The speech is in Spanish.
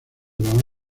los